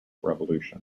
revolution